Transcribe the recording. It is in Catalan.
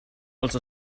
els